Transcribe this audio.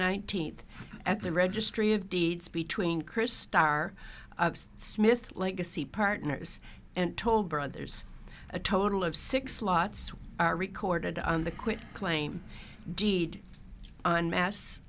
nineteenth at the registry of deeds between chris starr smith legacy partners and toll brothers a total of six slots are recorded on the quit claim deed on mass